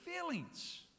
feelings